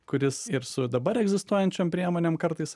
kuris ir su dabar egzistuojančiom priemonėm kartais